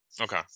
okay